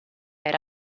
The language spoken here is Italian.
era